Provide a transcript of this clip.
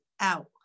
out